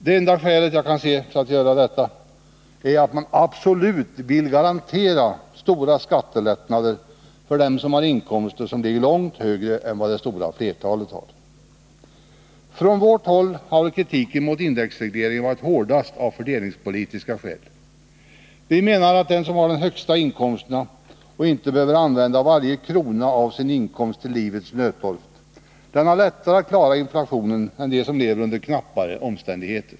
Det enda skälet jag kan se för att göra detta är att man absolut vill garantera stora skattelättnader för dem som har inkomster som ligger långt högre än vad det stora flertalet har. Från vårt håll har väl kritiken mot indexregleringen varit hårdast av fördelningspolitiska skäl. Vi menar att de som har de högsta inkomsterna och inte behöver använda varje krona av inkomsten till livets nödtorft har lättare att klara inflationen än de som lever under knappare omständigheter.